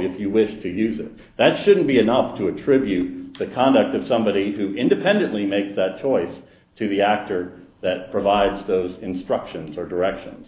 if you wish to use that shouldn't be enough to attribute the conduct of somebody who independently make that choice to be after that provides those instructions or directions